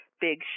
big